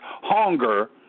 hunger